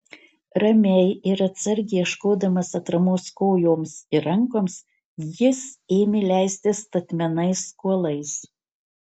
ramiai ir atsargiai ieškodamas atramos kojoms ir rankoms jis ėmė leistis statmenais kuolais